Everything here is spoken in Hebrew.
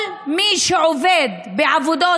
כל מי שעובד בעבודות,